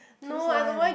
choose one